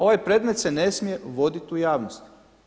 Ovaj predmet se ne smije voditi u javnosti.